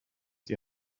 die